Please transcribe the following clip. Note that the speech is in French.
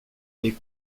est